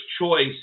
choice